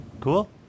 Cool